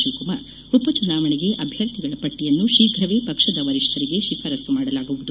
ಶಿವಕುಮಾರ್ ಉಪಚುನಾವಣೆಗೆ ಅಭ್ಯರ್ಥಿಗಳ ಪಟ್ಟಿಯನ್ನು ಶೀಫ್ರವೇ ಪಕ್ಷದ ವರಿಷ್ಠರಿಗೆ ಶಿಫಾರಸು ಮಾಡಲಾಗುವುದು